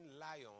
lion